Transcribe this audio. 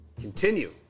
continue